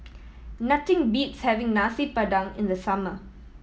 nothing beats having Nasi Padang in the summer